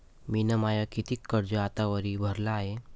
मिन माय कितीक कर्ज आतावरी भरलं हाय?